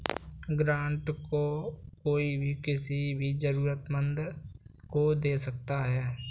grant को कोई भी किसी भी जरूरतमन्द को दे सकता है